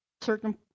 certain